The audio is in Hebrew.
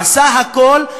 עשה הכול,